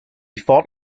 fought